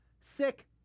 sick